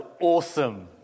awesome